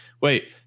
wait